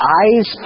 eyes